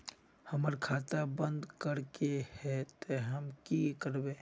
हमर खाता बंद करे के है ते हम की करबे?